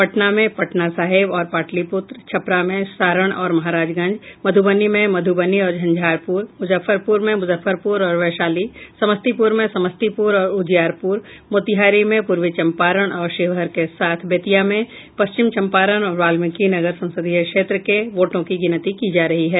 पटना में पटना साहिब तथा पाटलिपुत्र छपरा में सारण और महाराजगंज मधुबनी में मधुबनी और झंझारपुर मुजफ्फरपुर में मुजफ्फरपुर और वैशाली समस्तीपुर में समस्तीपुर और उजियारपुर मोतिहारी में पूर्वी चंपारण और शिवहर के साथ बेतिया में पश्चिम चंपारण और वाल्मिकीनगर संसदीय क्षेत्र के वोटों की गिनती की जा रही है